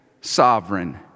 sovereign